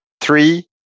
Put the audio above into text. Three